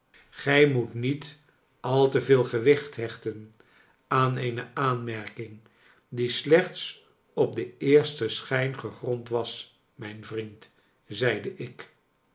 gij moet niet al te veel gewicht hechten aan eene aanmerking die slechts op den eersten schijn gegrond was mijn vriend zeide ik